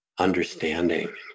understanding